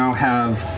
have